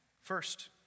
First